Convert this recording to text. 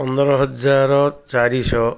ପନ୍ଦର ହଜାର ଚାରିଶହ